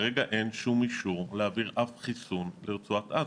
כרגע אין שום אישור להעביר אף חיסון לרצועת עזה.